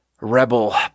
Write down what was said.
Rebel